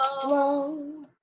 flow